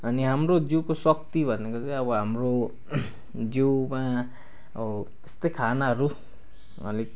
अनि हाम्रो जिउको शक्ति भनेको चाहिँ अब हाम्रो जिउमा त्यसतै खानाहरू अलिक